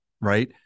right